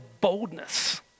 boldness